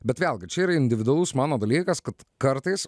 bet vėlgi čia yra individualus mano dalykas kad kartais